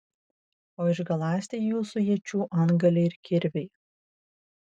o išgaląsti jūsų iečių antgaliai ir kirviai